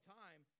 time